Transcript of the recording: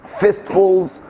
fistfuls